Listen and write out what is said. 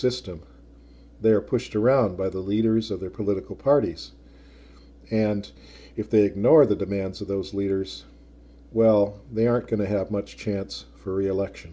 system they're pushed around by the leaders of their political parties and if they ignore the demands of those leaders well they aren't going to have much chance for reelection